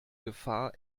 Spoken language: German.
gefahr